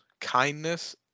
Kindness